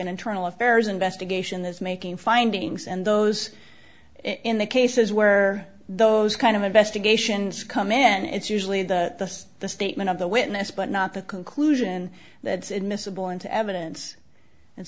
an internal affairs investigation is making findings and those in the cases where those kind of investigations come in it's usually the the statement of the witness but not the conclusion that admissible into evidence and